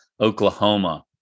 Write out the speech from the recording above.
Oklahoma